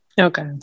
okay